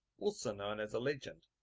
also known as a legend.